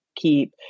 keep